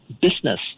business